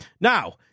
Now